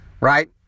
Right